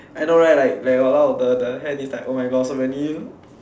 I know right like like !walao! the the hand is like oh my god so many